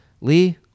Lee